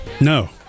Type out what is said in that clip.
No